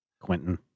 Quentin